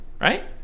right